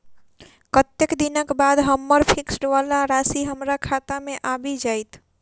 कत्तेक दिनक बाद हम्मर फिक्स वला राशि हमरा खाता मे आबि जैत?